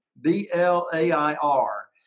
B-L-A-I-R